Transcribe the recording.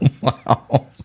Wow